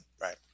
Right